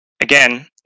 Again